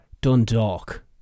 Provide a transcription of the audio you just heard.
Dundalk